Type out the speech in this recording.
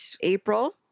April